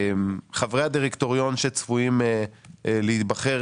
חברי הדירקטוריון שצפויים להיבחר